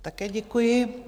Také děkuji.